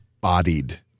Bodied